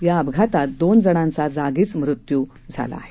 या अपघातात दोन जणांचा जागीच मृत्यू झाला आहे